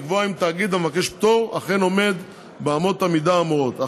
לקבוע אם תאגיד המבקש פטור אכן עומד באמות המידה האמורות,